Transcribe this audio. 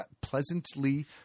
pleasantly